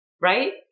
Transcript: Right